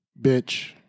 bitch